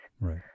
Right